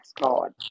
god